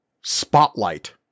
spotlight